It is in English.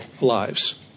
lives